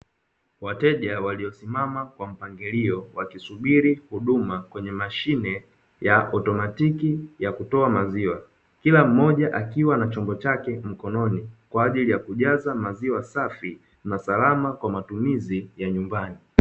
Wateja walio simama kwa mpangilio wakisubiri huduma kwenye mashine ya otomatiki yakutoa maziwa, Kila mmoja akiwa na chombo chake mkononi kwaajili ya kujaza maziwa safi na salama kwaajili ya matumizi ya nyumbani.